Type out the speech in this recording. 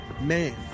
man